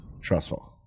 Trustful